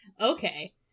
Okay